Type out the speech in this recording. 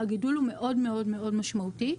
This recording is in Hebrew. הגידול הוא מאוד-מאוד משמעותי.